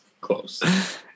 Close